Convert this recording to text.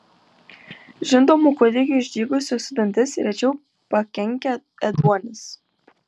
žindomų kūdikių išdygusius dantis rečiau pakenkia ėduonis